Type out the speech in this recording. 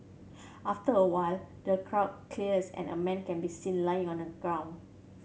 after a while the crowd clears and a man can be seen lying on the ground